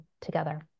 together